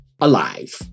alive